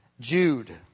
Jude